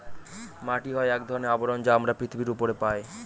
মাটি হয় এক ধরনের আবরণ যা আমরা পৃথিবীর উপরে পায়